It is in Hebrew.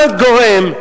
מה הגורם,